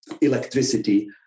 electricity